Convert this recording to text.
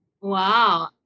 Wow